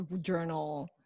journal